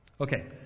Okay